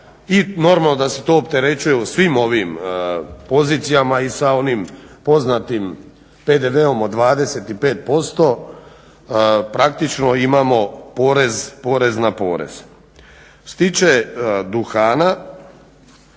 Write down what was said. normalno da se to opterećuje u svim ovim pozicijama i sa onim poznatim PDV-om od 25% praktično imamo porez na porez. Što se tiče duhana,